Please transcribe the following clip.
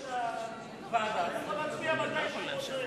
שיושב-ראש הוועדה יכול להצביע מתי שהוא רוצה.